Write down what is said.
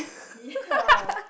ya